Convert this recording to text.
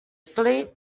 sleep